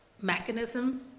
mechanism